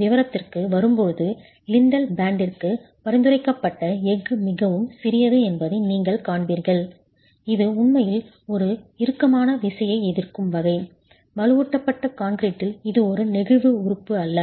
விவரத்திற்கு வரும்போது லிண்டல் பேண்டிற்கு பரிந்துரைக்கப்பட்ட எஃகு மிகவும் சிறியது என்பதை நீங்கள் காண்பீர்கள் இது உண்மையில் ஒரு இறுக்கமான விசையைஎதிர்க்கும் வகை வலுவூட்டப்பட்ட கான்கிரீட்டில் இது ஒரு நெகிழ்வு உறுப்பு அல்ல